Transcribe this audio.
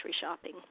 shopping